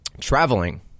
Traveling